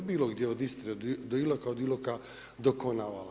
Bilo gdje od Istre do Iloka, od Iloka do Konavala.